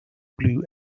blue